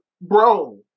bro